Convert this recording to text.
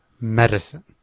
medicine